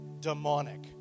demonic